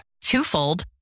twofold